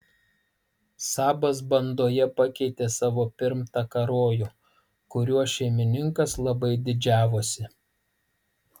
sabas bandoje pakeitė savo pirmtaką rojų kuriuo šeimininkas labai didžiavosi